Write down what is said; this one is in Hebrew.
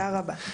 תודה רבה.